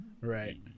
right